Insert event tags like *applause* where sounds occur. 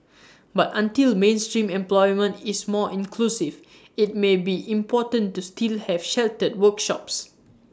*noise* but until mainstream employment is more inclusive IT may be important to still have sheltered workshops